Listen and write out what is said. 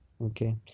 okay